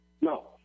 No